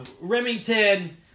Remington